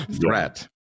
Threat